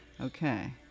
Okay